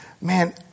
Man